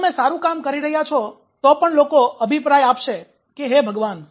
જો તમે સારું કામ કરી રહ્યા છો તો પણ લોકો અભિપ્રાય આપશે કે "હે ભગવાન